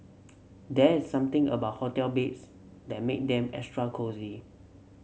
there is something about hotel beds that make them extra cosy